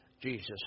Jesus